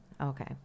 Okay